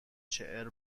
چعر